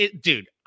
Dude